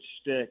stick